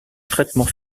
traitement